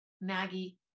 Maggie